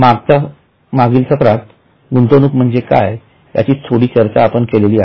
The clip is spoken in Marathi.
मागच्या मागील सत्रात गुंतवणूक म्हणजे काय याची थोडी चर्चा केली आहे